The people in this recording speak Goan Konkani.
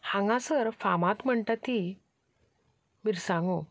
हांगासर फामाद म्हणटा ती मिरसांगो